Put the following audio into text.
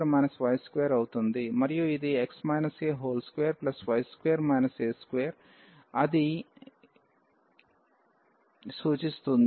మరియు ఇది x a2 అని ఇది సూచిస్తుంది